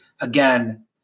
again